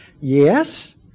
Yes